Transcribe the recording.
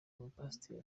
umupasiteri